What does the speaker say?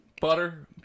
butter